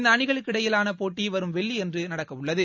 இந்த அணிகளுக்கு இடையிலான போட்டி வரும் வெள்ளியன்று நடக்கவுள்ளது